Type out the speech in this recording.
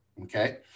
Okay